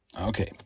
Okay